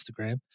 Instagram